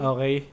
Okay